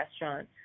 restaurant